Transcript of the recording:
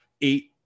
eight